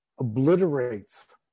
obliterates